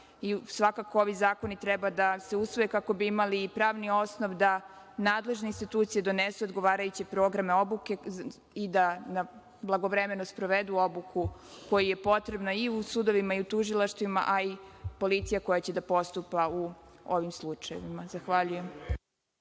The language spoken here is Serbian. Svakako da ovi zakoni treba da usvoje i kako bismo imali pravni osnov da nadležne institucije donesu odgovarajuće programe obuke i da blagovremeno sprovedu obuku koja je potrebna, i u sudovima i u tužilaštvima, a i policija koja će da postupa u ovim slučajevima. Zahvaljujem.